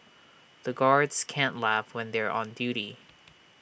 the guards can't laugh when they are on duty